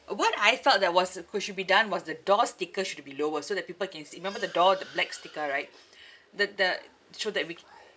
what I thought that was uh cou~ should be done was the door sticker should be lower so that people can see remember the door the black sticker right the the so that we ca~